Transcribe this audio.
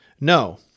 No